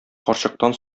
карчыктан